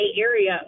Area